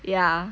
ya